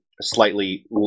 slightly